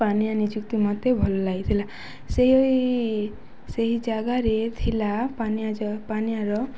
ପାନୀୟ ନିଯୁକ୍ତି ମୋତେ ଭଲ ଲାଗିଥିଲା ସେ ସେହି ଜାଗାରେ ଥିଲା ପାନୀୟ ଜ ପାନୀୟର